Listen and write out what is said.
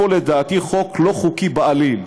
לדעתי יש פה חוק לא חוקי בעליל.